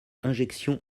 injection